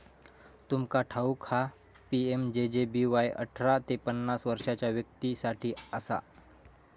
तुमका ठाऊक हा पी.एम.जे.जे.बी.वाय अठरा ते पन्नास वर्षाच्या व्यक्तीं साठी असा